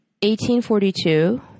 1842